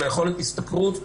של יכולת ההשתכרות,